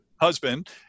husband